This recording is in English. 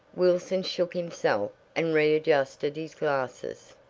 wilson shook himself and readjusted his glasses.